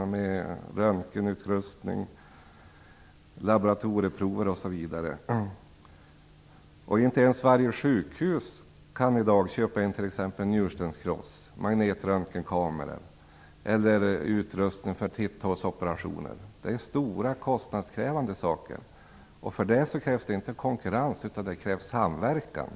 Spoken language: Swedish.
Det gäller röntgenutrustning, laboratorieprover osv. Inte ens varje sjukhus kan i dag köpa in t.ex. en njurstenskross, en magnetröntgenkamera eller utrustning för titthålsoperationer. Det är stora kostnadskrävande saker. För detta krävs inte konkurrens utan samverkan.